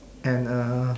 and uh